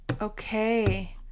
okay